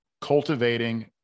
cultivating